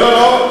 לא לא לא.